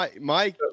Mike